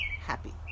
happy